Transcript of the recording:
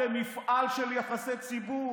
אתם מפעל של יחסי ציבור.